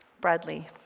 Bradley